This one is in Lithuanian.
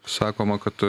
sakoma kad